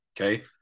Okay